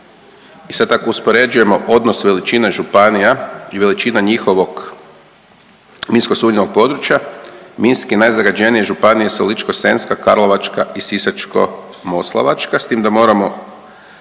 I sad ako uspoređujemo odnos veličina županija i veličina njihovog minsko sumnjivog područja, minski najzagađenije županije su Ličko-senjska, Karlovačka i Sisačko-moslavačka, s tim da moramo